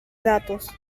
gatos